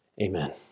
Amen